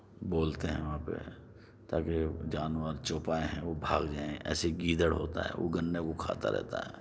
بولتے ہیں وہاں پہ تاکہ جانور چوپائے ہیں وہ بھاگ جائیں ایسے ہی گیدڑ ہوتا ہے وہ گنّے کو کھاتا رہتا ہے